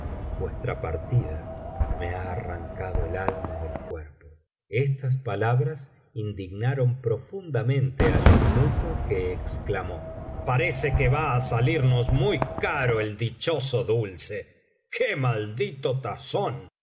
vuestra partida me ha arrancado el alma del cuerpo biblioteca valenciana generalitat valenciana las mil noches y una noche estas palabras indignaron profundamente al eunuco que exclamó parece que va á salimos muy caro el dichoso dulce qué maldito tazón